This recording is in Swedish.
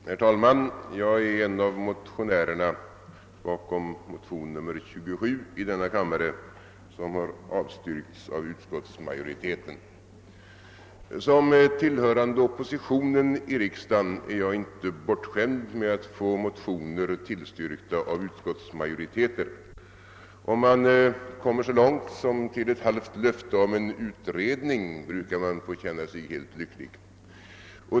Herr talman! Jag är en av undertecknarna av motionen II: 27, som har avstyrkts av utskottets majoritet. Som tillhörande oppositionen i riksdagen är jag inte bortskämd med att få motioner tillstyrkta av utskottsmajoriteter. Om man kommer så långt att man får ett halvt löfte om en utredning, så brukar man känna sig helt lycklig.